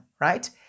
right